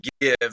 give